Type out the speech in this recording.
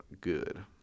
good